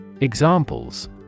Examples